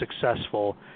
successful